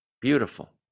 Beautiful